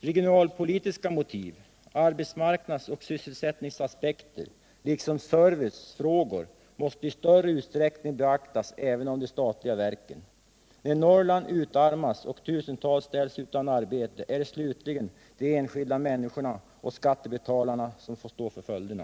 Regionalpolitiska motiv, arbetsmarknads och sysselsättningsaspekter liksom servicefrågor måste i större utsträckning beaktas även av de statliga verken. När Norrland utarmas och tusentals personer ställs utan arbete är det slutligen de enskilda människorna och skattebetalarna som får ta följderna.